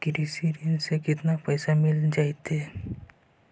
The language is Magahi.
कृषि ऋण से केतना तक पैसा मिल जइतै?